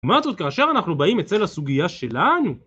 מה זאת כאשר אנחנו באים אצל הסוגיה שלנו?